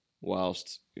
Whilst